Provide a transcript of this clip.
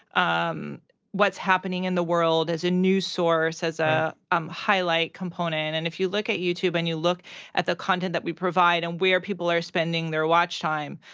um what's happening in the world, as a news source, as a um highlight component. and if you look at youtube and you look at the content that we provide, and where people are spending their watch time,